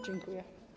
Dziękuję.